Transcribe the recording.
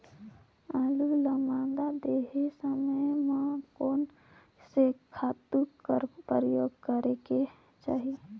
आलू ल मादा देहे समय म कोन से खातु कर प्रयोग करेके चाही?